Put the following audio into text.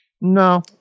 No